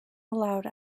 allowed